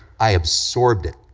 i absorbed it.